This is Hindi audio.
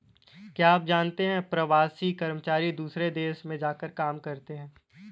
क्या आप जानते है प्रवासी कर्मचारी दूसरे देश में जाकर काम करते है?